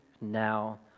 now